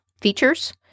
features